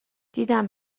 دیدم